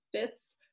fits